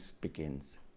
begins